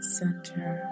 center